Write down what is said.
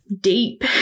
deep